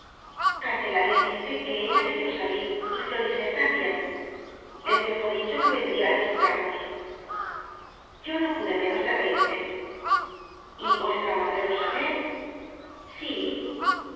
candelaria dice que ella le vió salir y morisel también les dejó dicho que ven dría á visitarnos yo no pude menos de reirme y vuestra madre lo sabe sí